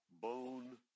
bone